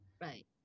Right